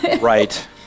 Right